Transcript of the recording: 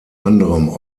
anderem